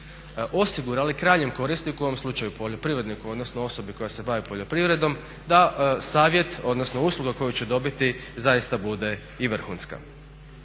osigurali krajnjem korisniku, u ovom slučaju poljoprivredniku odnosno osobi koja se bavi poljoprivrednom da savjet, odnosno usluga koju će dobiti zaista bude i vrhunska.